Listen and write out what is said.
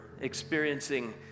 experiencing